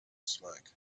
smoke